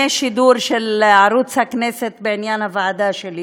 שידור של ערוץ הכנסת בעניין הוועדה שלי.